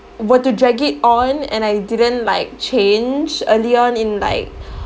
were to drag it on and I didn't like change early on in like